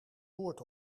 woord